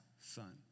son